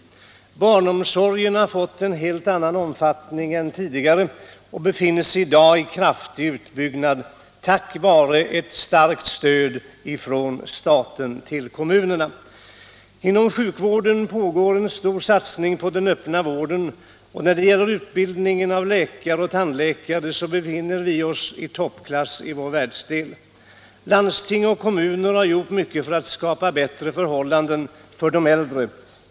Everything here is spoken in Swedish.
Barnomsorgen har fått en helt annan omfattning än tidigare och befinner sig i dag i kraftig utbyggnad tack vare ett starkt stöd från staten till kommunerna. Inom sjukvården pågår en stor satsning på den öppna vården, och när det gäller utbildning av läkare och tandläkare befinner vi oss i toppklass i vår världsdel. Landsting och kommuner har gjort mycket för att skapa bättre förhållanden för de äldre.